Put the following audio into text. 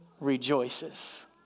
rejoices